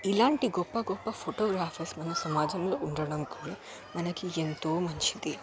ఇలాంటి గొప్ప గొప్ప ఫోటోగ్రాఫర్స్ మన సమాజంలో ఉండటం కూడా మనకి ఎంతో మంచిది